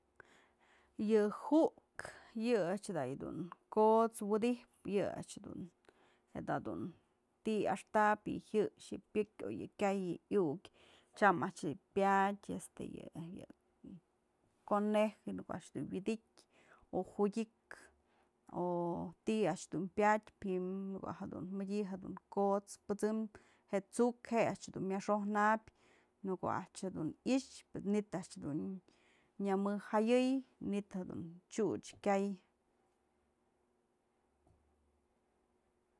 Yë ju'uk yë a'ax da yëdun ko'ots widyjpë yë a'ax dun je'e da dun ti'i äxtapy jë jyëx je'e pyëk o yë kyay yë iukë, tyam a'ax yë pyadë este yë-yë conejo në ko'o bi'i a'ax dun wyëdi'itë o judyëk o ti'i a'ax dun pyadpë jim në ko'o jedun mëdyë jedun kot's pësëm je'e t'suk je'e a'ax dun myëxojnabyë, në ko'o a'ax dun i'ixë, manytë a'ax dun nyëmëj jëyë'ëy manytë t'syuch kyay.